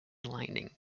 lightning